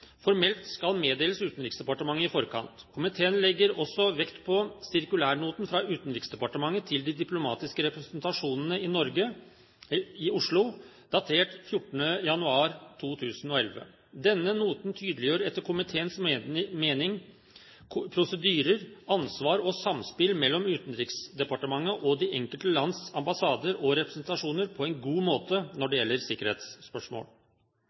formelt skal meddeles Utenriksdepartementet i forkant. Komiteen legger også vekt på sirkulærnoten fra Utenriksdepartementet til de diplomatiske representasjonene i Oslo, datert 14. januar 2011. Denne noten tydeliggjør etter komiteens mening prosedyrer, ansvar og samspill mellom Utenriksdepartementet og de enkelte lands ambassader og representasjoner på en god måte når det gjelder sikkerhetsspørsmål.